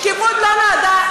שקיפות לא נועדה,